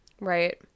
right